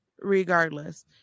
regardless